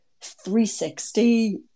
360